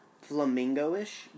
flamingo-ish